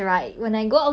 orh okay